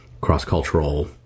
cross-cultural